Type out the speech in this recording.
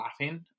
laughing